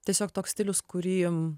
tiesiog toks stilius kurį jum